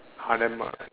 !huh! then what